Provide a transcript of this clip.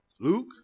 Luke